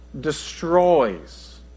destroys